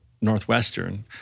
Northwestern